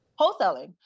wholesaling